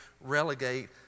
relegate